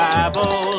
Bible